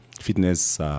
fitness